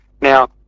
Now